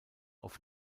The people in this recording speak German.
auf